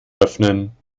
öffnen